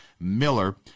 miller